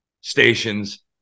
stations